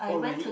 oh really